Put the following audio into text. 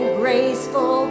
graceful